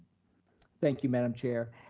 thank you, madam chair.